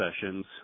sessions